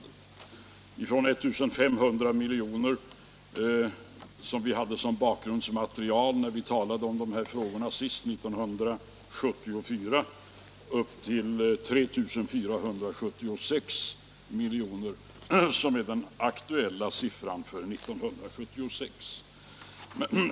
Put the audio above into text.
Den har ökat från 1 500 milj.kr., som vi hade som bakgrundsmaterial när vi talade om dessa frågor senast år 1974, upp till 3 476 milj.kr., som är den aktuella siffran för 1976.